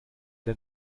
der